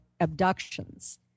abductions